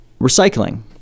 recycling